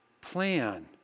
plan